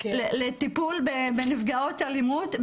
לטיפול בנפגעות אלימות,